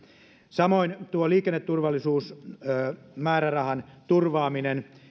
samoin tuon liikenneturvallisuusmäärärahan turvaaminen